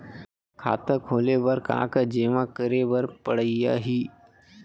खाता खोले बर का का जेमा करे बर पढ़इया ही?